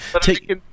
take